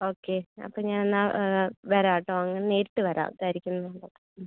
okay അപ്പം ഞാൻ എന്നാൽ വരാട്ടോ അങ്ങ് നേരിട്ട് വരാം അതായിരിക്കും നല്ലത്